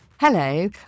Hello